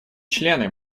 члены